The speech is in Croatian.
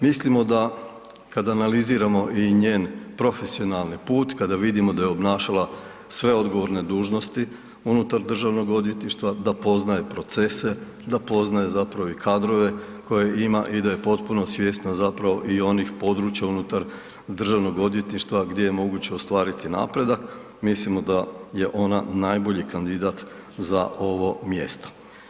Mislimo da kada analiziramo i njen profesionalni put, kada vidimo da je obnašala sve odgovorne dužnosti unutar državnog odvjetništva, da poznaje procese, da poznaje i kadrove koje ima i da je potpuno svjesna i onih područja unutar državnog odvjetništva gdje je moguće ostvariti napredak, mislimo da je ona najbolji kandidat za ovo mjesto.